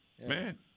Man